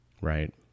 Right